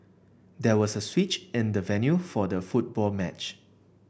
there was a switch in the venue for the football match